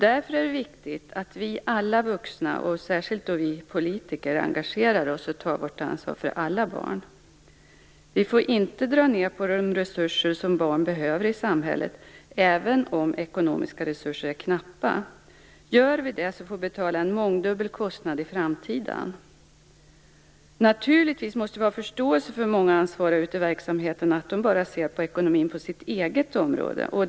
Därför är det viktigt att alla vuxna, och särskilt vi politiker, engagerar oss och tar vårt ansvar för alla barn. Vi får inte dra ned på de resurser i samhället som barn behöver, även om de ekonomiska resurserna är knappa. Gör vi det, får vi betala en mångdubbel kostnad i framtiden. Naturligtvis måste vi ha förståelse för att många ansvariga ute i verksamheten bara ser till ekonomin på sitt eget område.